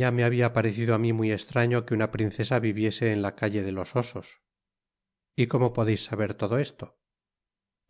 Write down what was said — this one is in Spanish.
ya me habia parecido á mí muy estraño que una princesa viviese en la calle de los osos y cómo podeis saber todo esto